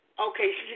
Okay